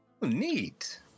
Neat